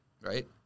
right